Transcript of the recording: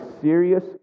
serious